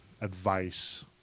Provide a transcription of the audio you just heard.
advice